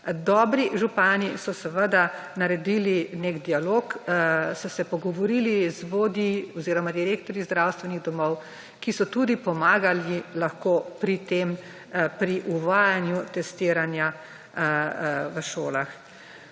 Dobri župani so seveda naredili nek dialog, so se pogovorili z vodji oziroma direktorji zdravstvenih domov, ki so tudi pomagali lahko pri tem, pri **30. TRAK: (NM)